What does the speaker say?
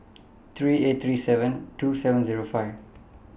three eight three seven two seven Zero five